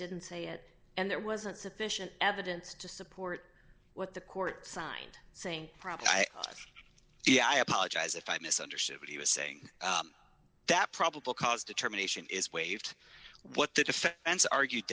didn't say it and there wasn't sufficient evidence to support what the court signed saying probably i did i apologize if i misunderstood what he was saying that probable cause determination is waived what the defense argued